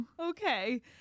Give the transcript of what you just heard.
Okay